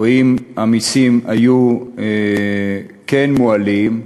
או אם המסים היו כן מועלים,